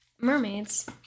mermaids